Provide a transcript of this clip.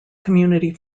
community